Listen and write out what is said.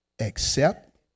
accept